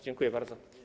Dziękuję bardzo.